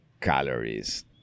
calories